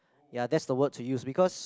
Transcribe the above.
ya that's the words we use because